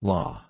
Law